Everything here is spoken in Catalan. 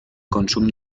consum